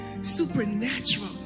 supernatural